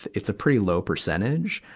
it's a pretty low percentage.